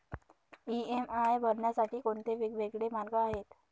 EMI भरण्यासाठी कोणते वेगवेगळे मार्ग आहेत?